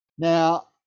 Now